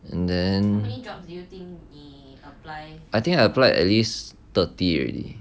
and then I think I applied at least thirty already